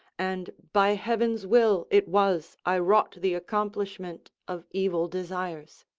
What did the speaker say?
and by heaven's will it was i wrought the accomplishment of evil desires.